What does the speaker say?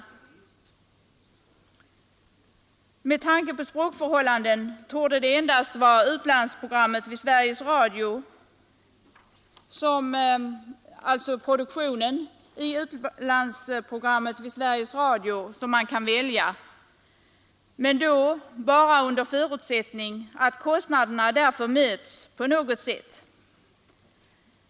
Med tanke på språkförhållanden torde det endast vara ur 25 april 1973 utlandsprogrammet vid Sveriges Radio som man kan välja men då under förutsättning att kostnaderna därför möts på något sätt.